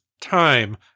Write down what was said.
time